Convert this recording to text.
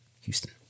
Houston